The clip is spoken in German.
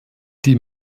die